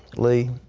lee.